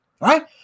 Right